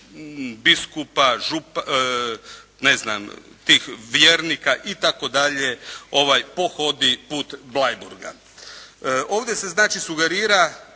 biskupa, ne znam, tih vjernika i tako dalje pohodi put Bleiburga. Ovdje se znači sugerira